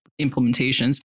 implementations